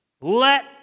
let